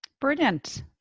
Brilliant